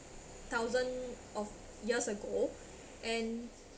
thousand of years ago and